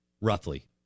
roughly